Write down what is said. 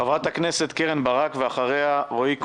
חברת הכנסת קרן ברק ואחריה רועי כהן.